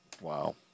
Wow